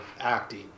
acting